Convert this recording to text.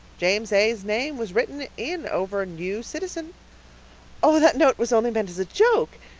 james a s name was written in over new citizen oh, that note was only meant as a joke,